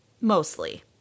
Mostly